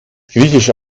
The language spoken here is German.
griechische